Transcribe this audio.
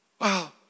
Wow